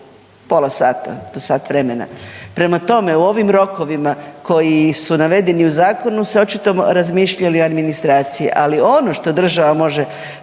pola sata do sat vremena. Prema tome, o ovim rokovima koji su navedeni u zakonu su očito razmišljali administracija. Ali ono što država može